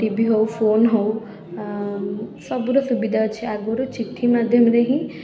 ଟି ଭି ହେଉ ଫୋନ୍ ହେଉ ସବୁର ସୁବିଧା ଅଛି ଆଗରୁ ଚିଠି ମାଧ୍ୟମରେ ହିଁ